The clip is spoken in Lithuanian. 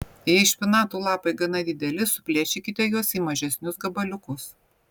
jei špinatų lapai gana dideli suplėšykite juos į mažesnius gabaliukus